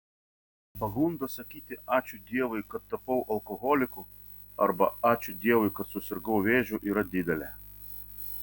pagunda sakyti ačiū dievui kad tapau alkoholiku arba ačiū dievui kad susirgau vėžiu yra didelė